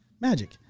Magic